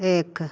एक